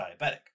diabetic